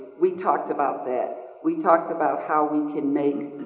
we talked about that. we talked about how we can make,